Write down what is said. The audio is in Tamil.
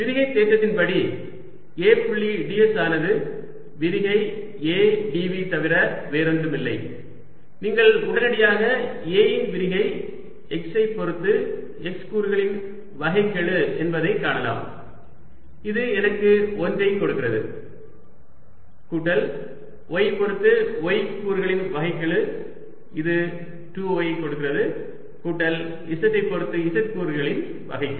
விரிகை தேற்றத்தின்படி A புள்ளி ds ஆனது விரிகை A dv தவிர வேறொன்றுமில்லை நீங்கள் உடனடியாக A இன் விரிகை x ஐப் பொருத்து x கூறுகளின் வகைக்கெழு என்பதைக் காணலாம் இது எனக்கு 1 ஐ கொடுக்கிறது கூட்டல் y பொருத்து y கூறுகளின் வகைக்கெழு இது 2y ஐ கொடுக்கிறது கூட்டல் z பொருத்து z கூறுகளின் வகைக்கெழு